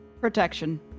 Protection